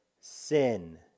sin